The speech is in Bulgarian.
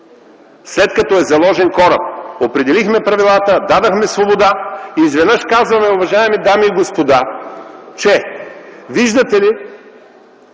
след като е заложен кораб. Определихме правилата, дадохме свобода и изведнъж казваме, уважаеми дами и господа, че виждате ли,